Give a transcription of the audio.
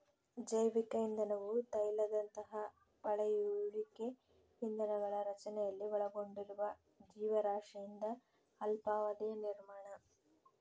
ಜೈವಿಕ ಇಂಧನವು ತೈಲದಂತಹ ಪಳೆಯುಳಿಕೆ ಇಂಧನಗಳ ರಚನೆಯಲ್ಲಿ ಒಳಗೊಂಡಿರುವ ಜೀವರಾಶಿಯಿಂದ ಅಲ್ಪಾವಧಿಯ ನಿರ್ಮಾಣ